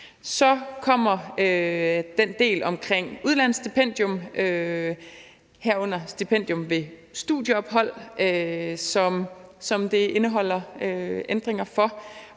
Så kommer den del omkring udlandsstipendium, herunder stipendium ved studieophold, som forslaget indeholder ændringer om,